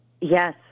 Yes